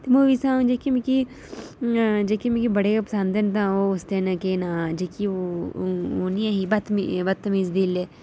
ते मूवी सगुआं जेह्की मिगी जेह्की मिगी बड़ी गै पसंद न केह् नांऽ ओह् जेह्की ओह् नेईं ऐ ही बदतमीज दिल